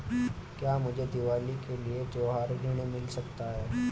क्या मुझे दीवाली के लिए त्यौहारी ऋण मिल सकता है?